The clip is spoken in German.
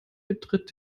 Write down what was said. betritt